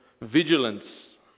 vigilance